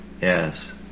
Yes